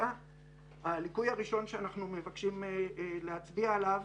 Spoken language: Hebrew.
הליקוי הראשון שאנחנו מבקשים להצביע עליו